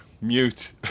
mute